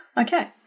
Okay